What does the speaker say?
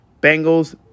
Bengals